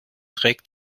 trägt